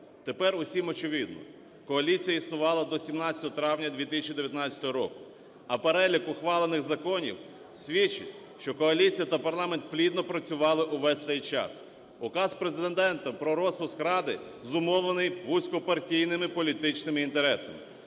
Тепер всім очевидно: коаліція існувала до 17 травня 2019 року, а перелік ухвалених законів свідчить, що коаліція та парламент плідно працювали увесь цей час. Указ Президента про розпуск Ради зумовлений вузько-партійними політичними інтересами.